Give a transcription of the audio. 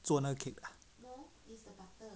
做那个 cake ah